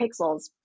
pixels